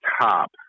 top